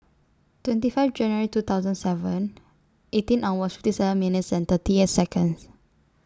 twenty five January two thousand seven eighteen hours fifty seven minutes and thirty eight Seconds